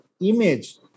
image